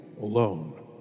alone